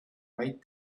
might